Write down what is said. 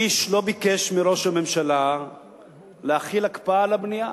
איש לא ביקש מראש הממשלה להחיל הקפאה על הבנייה.